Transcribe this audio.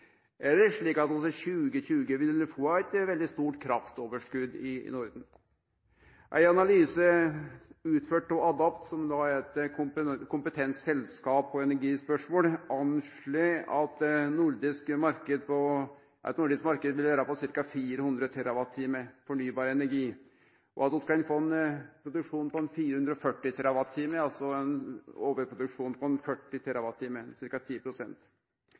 Er det slik at vi i 2020 vil få eit veldig stort kraftoverskot i Norden? Ein analyse utført av Adapt, som er eit kompetent selskap på energispørsmål, anslår at ein nordisk marknad vil vere på ca. 400 TWh fornybar energi, og at vi kan få ein produksjon på ca. 440 TWh, altså ein overproduksjon på 40